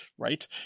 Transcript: Right